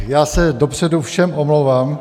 Já se dopředu všem omlouvám.